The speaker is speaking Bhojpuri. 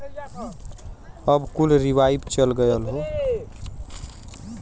अब कुल रीवाइव चल गयल हौ